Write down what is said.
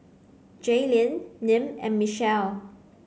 Jaylene Nim and Michelle